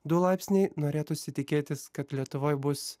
du laipsniai norėtųsi tikėtis kad lietuvoj bus